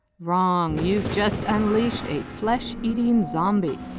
wrong! you've just unleashed a flesh-eating zombie.